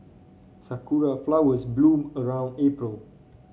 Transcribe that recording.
sakura flowers bloom around April